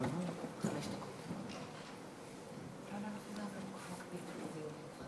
ציון היום הבין-לאומי לשוויון זכויות לאנשים עם מוגבלויות.